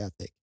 ethic